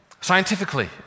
scientifically